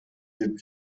жүрүп